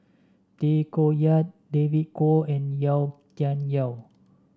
Tay Koh Yat David Kwo and Yau Tian Yau